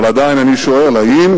אבל עדיין אני שואל: האם